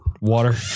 water